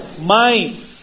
mind